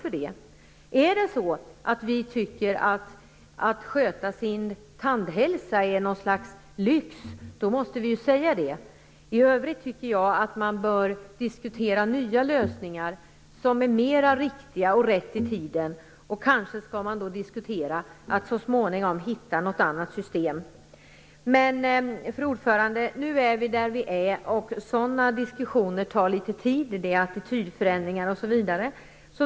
Om vi skulle tycka att skötsel av den egna tandhälsan är något slags lyx, måste vi säga ifrån att det är så. I övrigt tycker jag att man bör diskutera nya lösningar som är mer riktiga och rätt i tiden. Kanske skall man diskutera att så småningom skapa ett annat system. Fru talman! Nu är vi där vi är. Sådana diskussioner tar tid. Det är fråga om attitydförändringar osv.